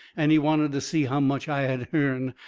and he wanted to see how much i had hearn.